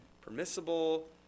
permissible